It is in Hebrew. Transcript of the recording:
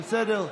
בסדר.